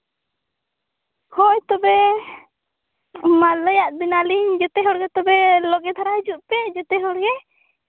ᱦᱳᱭ ᱛᱚᱵᱮ ᱦᱮᱸᱢᱟ ᱞᱟᱹᱭᱟᱜ ᱵᱮᱱᱟᱞᱤᱧ ᱡᱮᱛᱮ ᱦᱚᱲᱜᱮ ᱛᱚᱵᱮ ᱞᱟᱜᱮ ᱫᱷᱟᱨᱟ ᱦᱤᱡᱩᱜ ᱯᱮ ᱡᱮᱛᱮ ᱦᱚᱲᱜᱮ